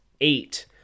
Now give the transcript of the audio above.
eight